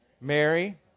Mary